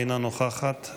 אינה נוכחת,